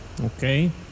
Okay